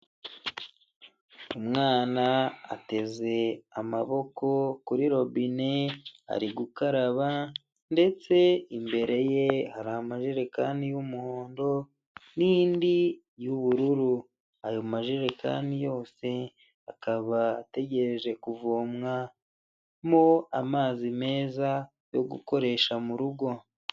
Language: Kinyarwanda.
Umwana ateze amaboko kuri robine ari gukaraba ndetse imbere ye hari amajerekani y'umuhondo n'indi y'ubururu, ayo majerekani yose akaba ategereje kuvomwa mo amazi meza yo gukoresha mu rugo.